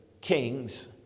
kings